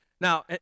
Now